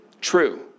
true